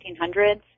1800s